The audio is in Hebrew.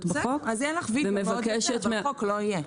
בחוק -- אז יהיה לך V- -- והחוק לא יהיה.